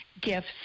gifts